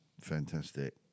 fantastic